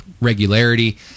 regularity